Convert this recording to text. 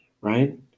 right